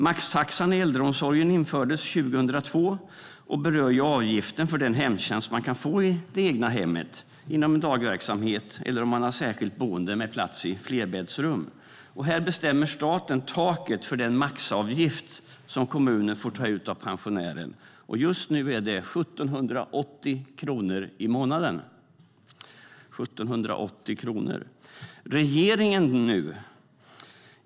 Maxtaxan i äldreomsorgen infördes 2002 och berör avgiften för den hemtjänst som man kan få i det egna hemmet inom dagverksamhet eller om man har särskilt boende med plats i flerbäddsrum. Staten bestämmer taket för den maxavgift som kommuner får ta ut av pensionären. Just nu är det 1 780 kronor i månaden.